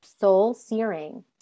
soul-searing